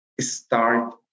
start